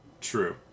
True